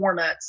formats